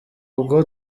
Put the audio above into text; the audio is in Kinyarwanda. ubwo